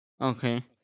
Okay